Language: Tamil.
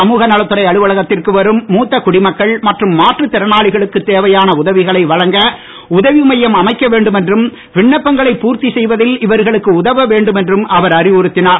சமுகநலத்துறை அலுவலகத்திற்கு வரும் மூத்த குடிமக்கள் மற்றும் மாற்றுத்திறனாளிகளுக்கு தேவையான உதவிகளை வழங்க உதவி மையம் அமைக்க வேண்டும் என்றும் விண்ணப்பங்களை பூர்த்தி செய்வதில் இவர்களுக்கு உதவ வேண்டும் என்றும் அவர் அறிவுறுத்தினார்